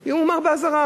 זה יומר באזהרה.